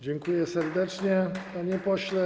Dziękuję serdecznie, panie pośle.